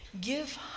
Give